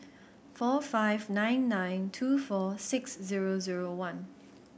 four five nine nine two four six zero zero one